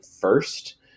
first